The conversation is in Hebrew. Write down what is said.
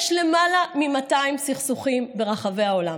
יש למעלה מ-200 סכסוכים בעולם.